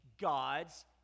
God's